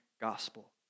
gospel